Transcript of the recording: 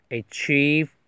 achieve